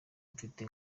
mfite